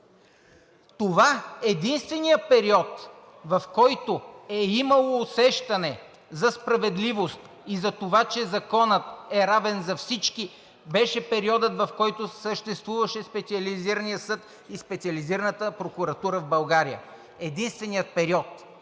Това е единственият период, в който е имало усещане за справедливост и затова, че законът е равен за всички, беше периодът, в който съществуваше Специализираният съд и Специализираната прокуратура в България. Единственият период!